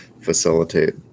facilitate